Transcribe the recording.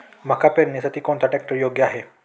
मका पेरणीसाठी कोणता ट्रॅक्टर योग्य आहे?